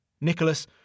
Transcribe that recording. Nicholas